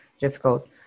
difficult